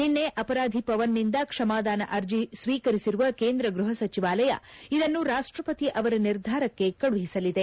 ನಿನ್ನೆ ಅಪರಾಧಿ ಪವನ್ನಿಂದ ಕ್ಷಮಾದಾನ ಅರ್ಜಿ ಸ್ವೀಕರಿಸಿರುವ ಕೇಂದ್ರ ಗೃಹ ಸಚಿವಾಲಯ ಇದನ್ನು ರಾಷ್ಟಪತಿ ಅವರ ನಿರ್ಧಾರಕ್ಕೆ ಕಳುಹಿಸಲಿದೆ